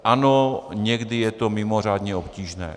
Ano, někdy je to mimořádně obtížné.